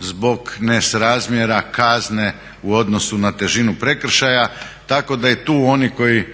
zbog nesrazmjera kazne u odnosu na težinu prekršaja. Tako da i tu oni koji